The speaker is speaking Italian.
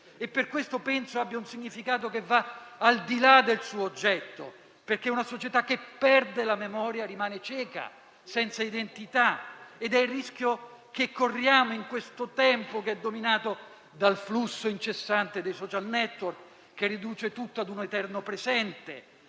per questo - penso - ha un significato che va al di là del suo oggetto, perché una società che perde la memoria rimane cieca e senza identità. È questo il rischio che corriamo in questo tempo, che è dominato dal flusso incessante dei *social network*, che riduce tutto a un eterno presente.